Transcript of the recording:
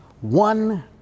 one